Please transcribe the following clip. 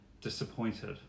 disappointed